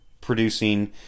producing